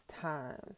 times